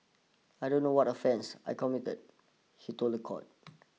I don't know what offence I committed he told the court